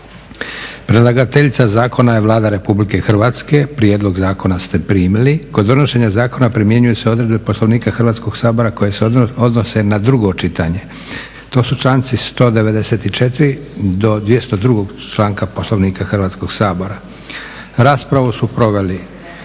Predlagateljica zakona je Vlada RH. Prijedlog zakona ste primili. Kod donošenja zakona primjenjuju se odredbe Poslovnika Hrvatskog sabora koje se odnose na drugo čitanje, to su članci 194.do 202.članka Poslovnika Hrvatskog sabora. Raspravu su proveli